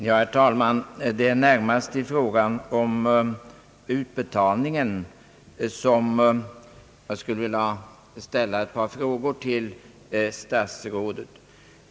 Herr talman! Det är närmast i fråga om utbetalningen som jag skulle vilja ställa ett par frågor till statsrådet.